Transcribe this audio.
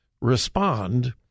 respond